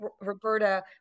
Roberta